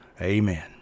Amen